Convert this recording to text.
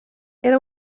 era